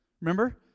remember